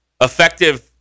effective